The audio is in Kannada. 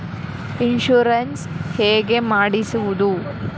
ಇನ್ಶೂರೆನ್ಸ್ ಹೇಗೆ ಮಾಡಿಸುವುದು?